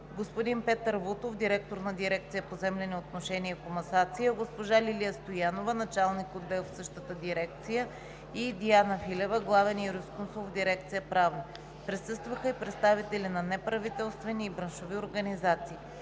господин Петър Вутов – директор на дирекция „Поземлени отношения и комасация“, госпожа Лилия Стоянова – началник-отдел в същата дирекция, и госпожа Диана Филева – главен юрисконсулт в дирекция „Правна“; представители на неправителствени и браншови организации.